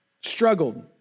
struggled